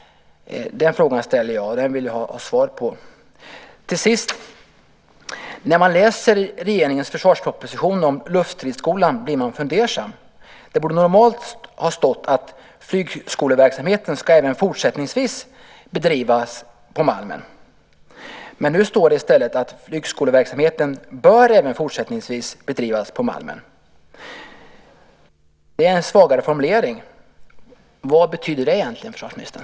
Den frågan ställer jag, och den vill jag ha svar på. När man läser regeringens försvarsproposition om Luftstridsskolan blir man fundersam. Det borde normalt ha stått att flygskoleverksamheten ska även fortsättningsvis bedrivas på Malmen. Men nu står det i stället att flygskoleverksamheten bör även fortsättningsvis bedrivas på Malmen. Det är en svagare formulering. Vad betyder det egentligen, försvarsministern?